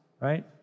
right